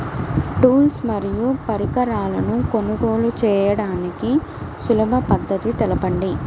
Tools మరియు పరికరాలను కొనుగోలు చేయడానికి సులభ పద్దతి తెలపండి?